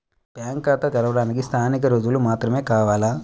Bank ఖాతా తెరవడానికి స్థానిక రుజువులు మాత్రమే కావాలా?